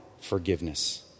forgiveness